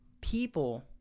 People